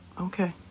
Okay